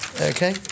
Okay